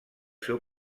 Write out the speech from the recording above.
seu